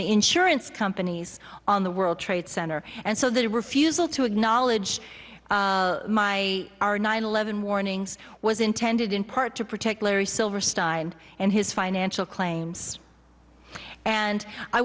the insurance companies on the world trade center and so the refusal to acknowledge my our nine eleven warnings was intended in part to protect larry silverstein and his financial claims and i